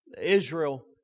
Israel